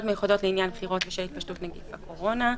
מיוחדות לעניין בחירות בשל התפשטות נגיף הקורונה.